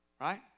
Right